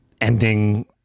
ending